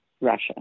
Russia